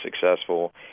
successful